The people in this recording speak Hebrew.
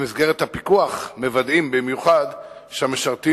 במסגרת הפיקוח מוודאים במיוחד שהמשרתים